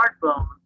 smartphone